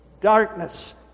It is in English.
darkness